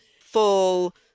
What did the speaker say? full